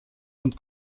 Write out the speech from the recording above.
und